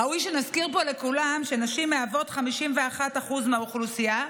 ראוי שנזכיר פה לכולם שנשים מהוות 51% מהאוכלוסייה,